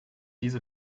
diese